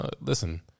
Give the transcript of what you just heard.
listen